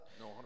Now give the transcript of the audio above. No